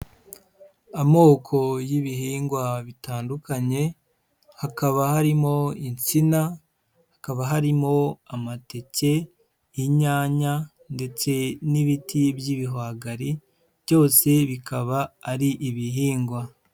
Amoko y'ibihingwa bitandukanye, hakaba harimo insina, hakaba harimo amateke, inyanya ndetse n'ibiti by'ibihwagari byose bikaba ari ibihingwa.